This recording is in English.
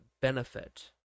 benefit